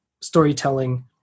storytelling